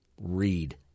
Read